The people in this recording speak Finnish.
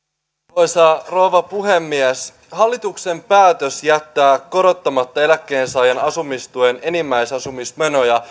arvoisa rouva puhemies hallituksen päätös jättää korottamatta eläkkeensaajan asumistuen enimmäisasumismenoja